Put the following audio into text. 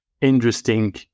interesting